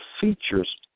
features